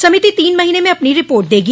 समिति तीन महीने में अपनी रिपोर्ट देगी